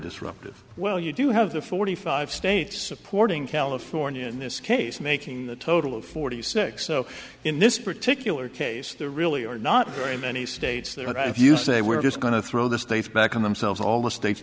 disruptive well you do have the forty five states supporting california in this case making the total of forty six so in this particular case there really are not very many states there but if you say we're just going to throw the states back on themselves all the states